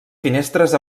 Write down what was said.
finestres